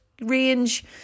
range